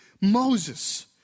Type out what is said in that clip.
Moses